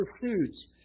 pursuits